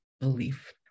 belief